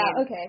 Okay